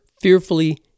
fearfully